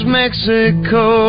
mexico